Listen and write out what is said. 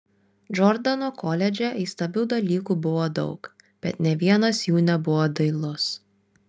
džordano koledže įstabių dalykų buvo daug bet nė vienas jų nebuvo dailus